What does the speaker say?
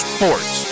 Sports